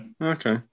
Okay